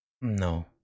No